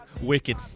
Wicked